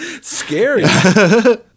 Scary